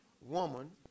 woman